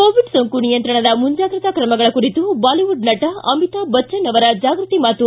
Covid ಸೋಂಕು ನಿಯಂತ್ರಣದ ಮುಂಜಾಗ್ರತಾ ಕ್ರಮಗಳ ಕುರಿತು ಬಾಲಿವುಡ್ ನಟ ಅಮಿತಾಬ್ ಬಚ್ಚನ್ ಅವರ ಜಾಗೃತಿ ಮಾತು